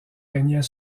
régnait